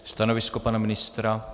Stanovisko pana ministra?